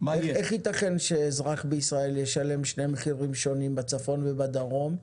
איך יתכן שאזרח בישראל ישלם שני מחירים שונים בצפון ובדרום?